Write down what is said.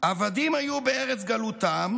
"עבדים היו בארץ גלותם,